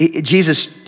Jesus